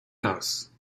house